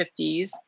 50s